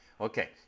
Okay